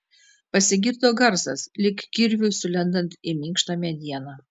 pasigirdo garsas lyg kirviui sulendant į minkštą medieną